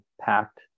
packed